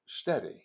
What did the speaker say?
Steady